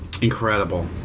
Incredible